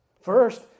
First